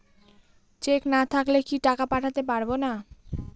Check না থাকলে কি টাকা পাঠাতে পারবো না?